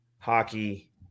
Hockey